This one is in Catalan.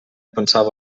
pensava